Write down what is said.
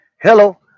Hello